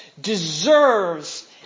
deserves